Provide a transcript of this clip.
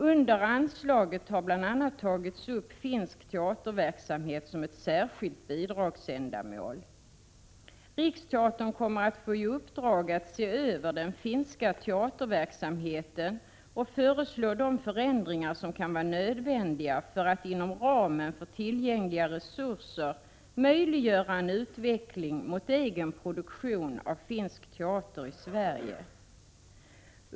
Under anslaget har bl.a. tagits upp finsk teaterverksamhet som ett särskilt bidragsändamål. Riksteatern kommer att få i uppdrag att se över den finska teaterverksamheten och föreslå de förändringar som kan vara nödvändiga för att inom ramen för tillgängliga resurser möjliggöra en utveckling mot egen produktion av finsk teater i Sverige.